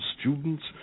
students